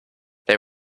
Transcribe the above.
they